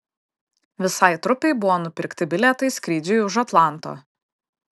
visai trupei buvo nupirkti bilietai skrydžiui už atlanto